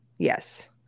Yes